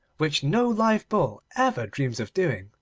which no live bull ever dreams of doing.